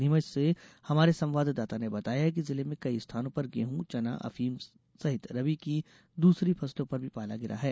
नीमच से हमारे संवाददाता ने बताया है कि जिले में कई स्थानों पर गेहूं चना अफीम सहित रबी की दूसरी फसलों पर भी पाला गिरा है